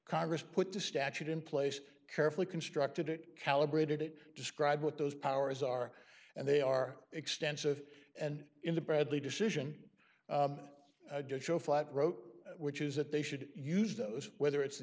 congress put the statute in place carefully constructed it calibrated it describe what those powers are and they are extensive and in the bradley decision just show flat wrote which is that they should use those whether it's the